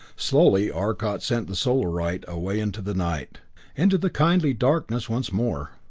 slowly arcot sent the solarite away into the night into the kindly darkness once more.